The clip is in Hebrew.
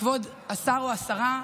כבוד השר או השרה,